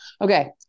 Okay